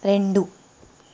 రెండు